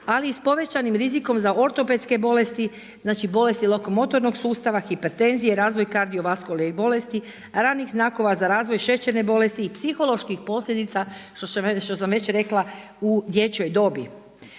ali i s povećanim rizikom za ortopedske bolesti, znači bolesti lokomotornog sustava, hipertenzije, razvoj kardiovaskularnih bolesti, ranih znakova za razvoj šećerne bolesti, i psiholoških posljedica što sam već rekla i dječjoj dobi.